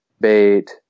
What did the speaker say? bait